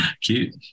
Cute